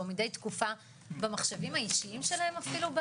או מידי תקופה במחשבים האישיים שלהם אפילו,